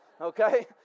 Okay